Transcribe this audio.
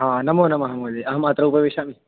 हा नमो नमः महोदय अहमत्र उपविशामि